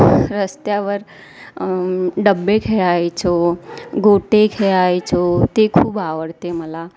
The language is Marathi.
रस्त्यावर डब्बे खेळायचो गोटे खेळायचो ते खूप आवडते मला